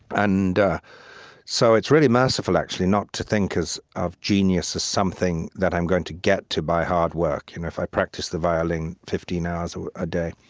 and so it's really merciful, actually, not to think of genius as something that i'm going to get to by hard work, if i practice the violin fifteen hours a day.